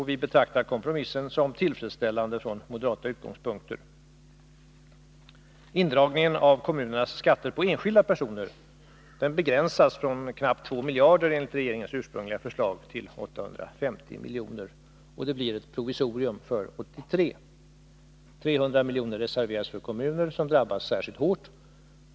Vi betraktar kompromissen som tillfredsställande från moderata utgångspunkter. Indragningen av kommunernas skatter på enskilda personer begränsas från knappt 2 miljarder enligt regeringens ursprungliga förslag till 850 miljoner och det blir ett provisorium för 1983. 300 miljoner reserveras för kommuner som drabbas särskilt hårt.